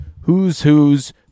who's-who's